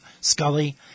Scully